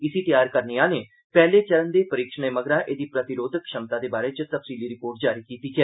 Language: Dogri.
इसी तैयार करने आहलें पैहले चरण दे परीक्षणें मगरा एह्दी प्रतिरोधक क्षमता दे बारै च तफ्सीली रिपोर्ट जारी कीती ऐ